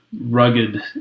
rugged